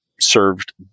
served